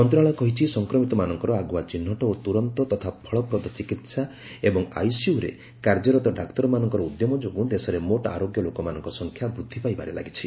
ମନ୍ତ୍ରଣାଳୟ କହିଛି ସଂକ୍ରମିତମାନଙ୍କର ଆଗୁଆ ଚିହ୍ନଟ ଓ ତୁରନ୍ତ ତଥା ଫଳପ୍ରଦ ଚିକିତ୍ସା ଏବଂ ଆଇସିୟୁରେ କାର୍ଯ୍ୟରତ ଡାକ୍ତରମାନଙ୍କର ଉଦ୍ୟମ ଯୋଗୁଁ ଦେଶରେ ମୋଟ୍ ଆରୋଗ୍ୟ ଲୋକମାନଙ୍କ ସଂଖ୍ୟା ବୃଦ୍ଧି ପାଇବାରେ ଲାଗିଛି